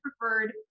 preferred